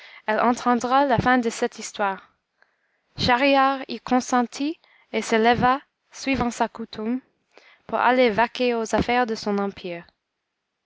entendra la fin de cette histoire schahriar y consentit et se leva suivant sa coutume pour aller vaquer aux affaires de son empire